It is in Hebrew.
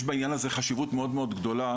יש בעניין הזה חשיבות מאוד גדולה,